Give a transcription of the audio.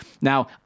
Now